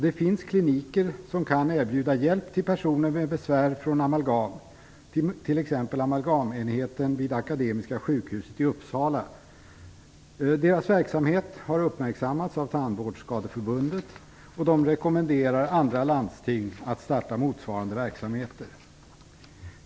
Det finns kliniker som kan erbjuda hjälp till personer med besvär av amalgam, t.ex. amalgamenheten vid Akademiska sjukhuset i Uppsala. Deras verksamhet har uppmärksammats av Tandvårdsskadeförbundet, som rekommenderar andra landsting att starta motsvarande verksamheter.